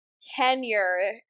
tenure